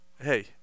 hey